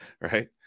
Right